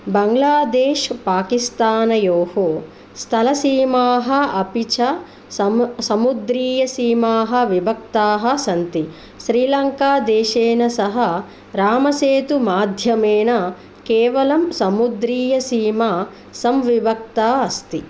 बाङ्गलादेश् पाकिस्तानयोः स्थलसीमाः अपि च समु समुद्रीयसीमाः विभक्ताः सन्ति श्रीलङ्का देशेन सह रामसेतु माध्यमेन केवलं समुद्रीयसीमा संविभक्ता अस्ति